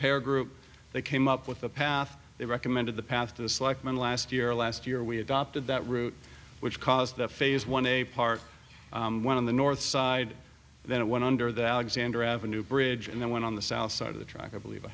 pair group they came up with a path they recommended the path to the selectmen last year last year we adopted that route which caused the phase one a part of the north side then it went under the alexander avenue bridge and then went on the south side of the track i believe i